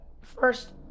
First